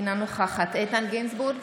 אינה נוכחת איתן גינזבורג,